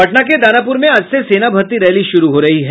पटना के दानापुर में आज से सेना भर्ती रैली शुरू हो रही है